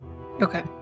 Okay